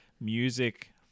music